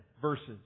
verses